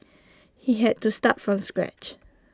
he had to start from scratch